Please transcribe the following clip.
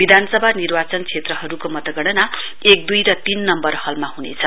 विधानसभा निर्वाचन श्रेत्रहरुको मतगणना एक दुई र तीन नम्बर ह्लमा ह्नेछ